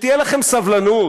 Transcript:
שתהיה לכם סבלנות,